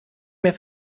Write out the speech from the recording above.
mehr